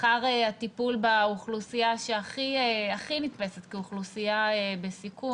אחר הטיפול באוכלוסייה שהכי נתפסת כאוכלוסייה בסיכון.